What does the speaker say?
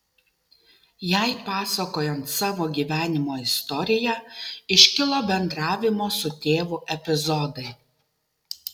jai pasakojant savo gyvenimo istoriją iškilo bendravimo su tėvu epizodai